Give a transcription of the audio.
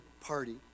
party